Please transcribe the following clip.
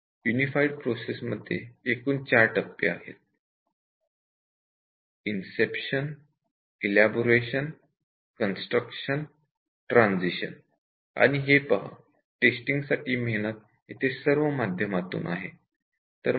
unified process मध्ये एकूण चार टप्पे आहेत इन्सेप्शन एलाबोरेशन कन्स्ट्रक्शन ट्रान्झिशन आणि येथे टेस्टिंग साठी सर्व माध्यमातून मेहनत आहे